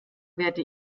werde